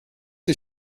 are